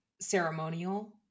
ceremonial